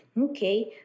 Okay